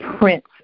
Prince